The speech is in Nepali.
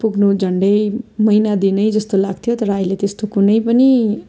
पुग्नु झन्डै महिना दिनै जस्तो लाग्थ्यो तर अहिले त्यस्तो कुनै पनि